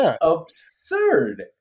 absurd